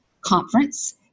conference